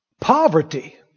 Poverty